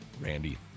Randy